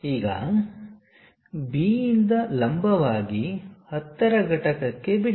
ಈಗ B ಯಿಂದ ಲಂಬವಾಗಿ 10 ರ ಘಟಕ ಕ್ಕೆ ಬಿಡಿ